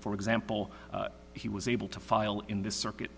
for example he was able to file in this circuit